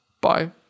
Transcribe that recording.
Bye